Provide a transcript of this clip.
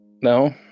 no